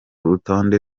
rutonde